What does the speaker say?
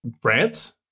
France